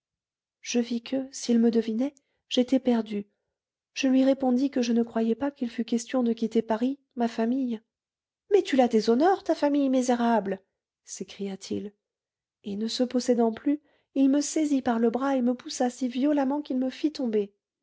je vis que s'il me devinait j'étais perdue je lui répondis que je ne croyais pas qu'il fût question de quitter paris ma famille mais tu la déshonores ta famille misérable s'écria-t-il et ne se possédant plus il me saisit par le bras et me poussa si violemment qu'il me fit tomber